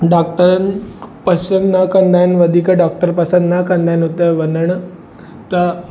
डॉक्टरनि पसंदि न कंदा आहिनि वधीक डॉक्टर पसंदि न कंदा आहिनि हुते वञण त